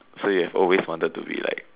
so you have always wanted to be like